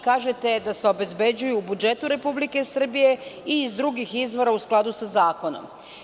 Kažete da se obezbeđuju u budžetu Republike Srbije i iz drugih izvora u skladu sa zakonom.